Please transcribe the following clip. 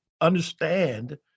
understand